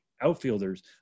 outfielders